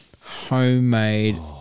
Homemade